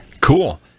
cool